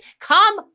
Come